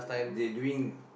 they doing